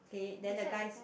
k then the guy